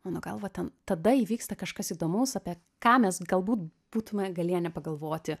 mano galva ten tada įvyksta kažkas įdomaus apie ką mes galbūt būtume galėję nepagalvoti